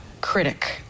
critic